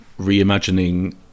reimagining